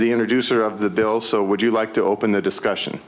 the introducer of the bill so would you like to open the discussion